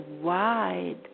wide